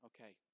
Okay